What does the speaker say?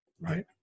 right